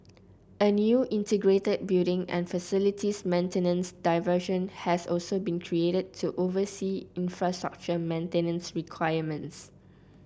a new integrated building and facilities maintenance division has also been created to oversee infrastructure maintenance requirements